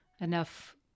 enough